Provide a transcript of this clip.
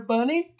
Bunny